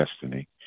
destiny